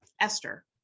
Esther